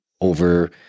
over